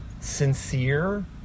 sincere